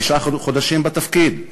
תשעה חודשים בתפקיד,